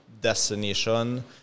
destination